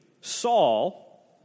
Saul